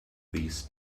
these